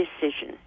decision